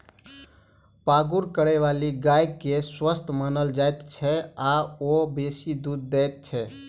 पागुर करयबाली गाय के स्वस्थ मानल जाइत छै आ ओ बेसी दूध दैत छै